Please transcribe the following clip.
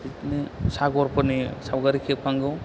बिदिनो सागरफोरनि सावगारि खेबखांगौ